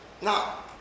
Now